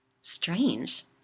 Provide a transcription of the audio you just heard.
Strange